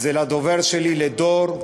לדובר שלי, דור,